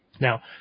Now